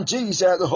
Jesus